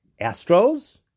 Astros